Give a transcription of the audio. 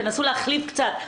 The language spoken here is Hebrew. תנסו להחליף קצת.